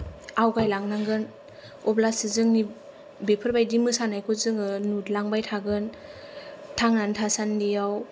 आवगायलांनांगोन अब्लासो जोंनि बेफोरबादि मोसानायखौ जोङो नुलांबाय थागोन थांनानै थासान्दियाव